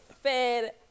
fed